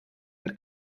den